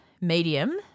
medium